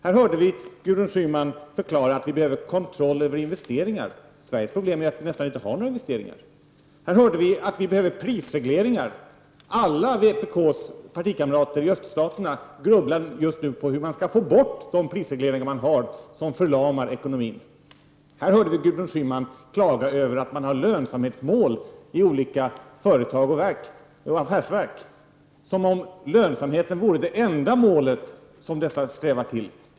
Här hörde vi Gudrun Schyman förklara att vi behöver kontroll över investeringar. Sveriges problem är att vi nästan inte har några investeringar. Här hörde vi Gudrun Schyman säga att vi behöver prisregleringar. Alla hennes partikamrater i öststaterna grubblar just nu på hur man kan få bort de prisregleringar som man har och som förlamar ekonomin. Här hörde vi Gudrun Schyman klaga över att man har lönsamhetsmål i olika företag och affärsverk, som om lönsamheten vore det enda mål som dessa strävar till.